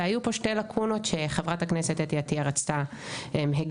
והיו פה שתי לקונות שחברת הכנסת אתי עטייה רצתה לפתור,